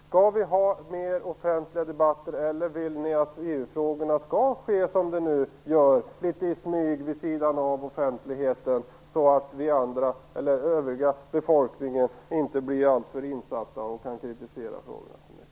Skall vi har mer offentliga debatter eller vill ni att EU-frågorna skall behandlas som de gör nu, litet i smyg vid sidan av offentligheten, så att den övriga befolkningen inte blir alltför insatt och kan kritisera så mycket?